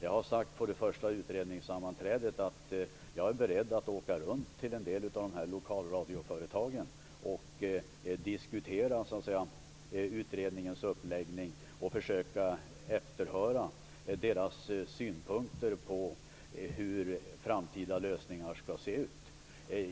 Jag sade på det första utredningssammanträdet att jag är beredd att åka runt till en del av dessa lokalradioföretag och diskutera utredningens uppläggning och försöka efterhöra deras synpunkter på hur framtida lösningar skall se ut.